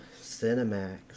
Cinemax